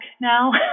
now